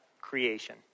creation